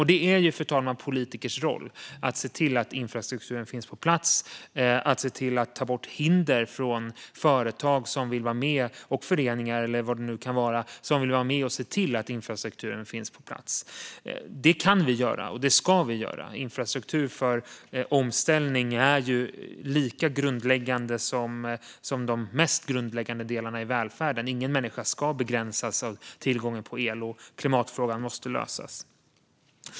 Det är, fru talman, politikers roll att se till att infrastrukturen finns på plats och att ta bort hinder för företag, föreningar eller vilka det nu kan vara som vill vara med och se till att infrastrukturen finns på plats. Det kan och ska vi göra. Infrastruktur för omställning är lika grundläggande som de mest grundläggande delarna i välfärden. Ingen människa ska begränsas av tillgången på el, och klimatfrågan måste lösas.